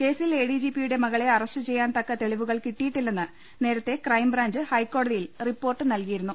കേസിൽ A D G പിയുടെ മകളെ അറസ്റ്റുചെയ്യാൻ തക്ക തെളിവുകൾ കിട്ടിയിട്ടില്ലെന്ന് നേരത്തെ ക്രൈംബ്രാഞ്ച് ഹൈക്കോടതിയിൽ റിപ്പോർട്ട് നല്കിയിരുന്നു